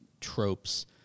tropes